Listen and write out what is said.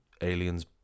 aliens